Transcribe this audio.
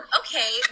okay